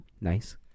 Nice